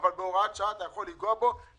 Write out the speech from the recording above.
ומעלה שיעבדו 10% בשחור,